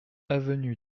avenue